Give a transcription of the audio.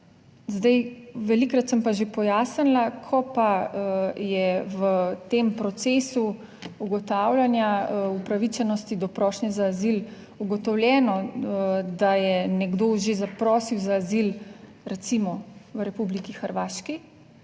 Zdaj, velikokrat sem pa že pojasnila, ko pa je v tem procesu ugotavljanja upravičenosti do prošnje za azil ugotovljeno, da je nekdo že zaprosil za azil, recimo v Republiki Hrvaški,